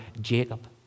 Jacob